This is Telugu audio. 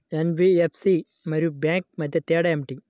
ఎన్.బీ.ఎఫ్.సి మరియు బ్యాంక్ మధ్య తేడా ఏమిటీ?